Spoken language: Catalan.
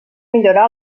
millorar